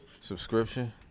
subscription